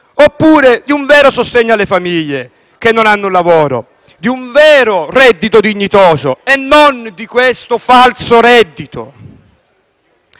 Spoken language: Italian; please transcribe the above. oppure di un vero sostegno alle famiglie che non hanno lavoro, di un vero reddito dignitoso e non di questo falso reddito.